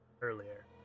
earlier